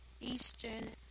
Eastern